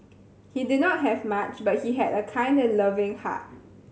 he did not have much but he had a kind and loving heart